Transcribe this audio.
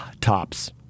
Tops